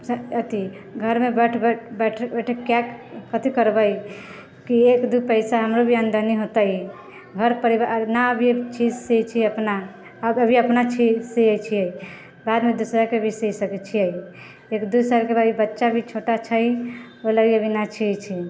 अथी घरमे बैसल बैसल कथी करबै कि एक दू पैसा हमरो भी आमदनी होतै घर परिवार नहि अभी चीज सिऐत छी अपना अभी अपना छी सिऐत छियै बादमे दूसराके भी सी सकैत छियै एक दू सालके बाद ई बच्चा भी छोटा छै ओहि लागि अभी नहि सियैत छी